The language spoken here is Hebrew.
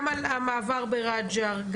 תן על המעבר בע'ג'ר.